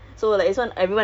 paitao